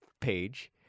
page